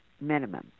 minimum